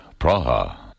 Praha